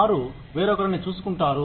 వారు వేరొకరిని చూసుకుంటారు